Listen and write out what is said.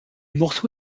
morceau